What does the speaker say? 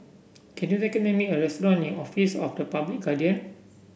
can you recommend me a restaurant near Office of the Public Guardian